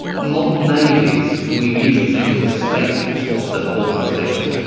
modern navies, we usually think of as state sponsored organisations,